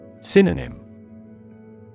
Synonym